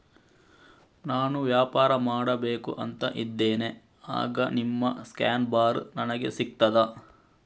ನಾನು ವ್ಯಾಪಾರ ಮಾಡಬೇಕು ಅಂತ ಇದ್ದೇನೆ, ಆಗ ನಿಮ್ಮ ಸ್ಕ್ಯಾನ್ ಬಾರ್ ನನಗೆ ಸಿಗ್ತದಾ?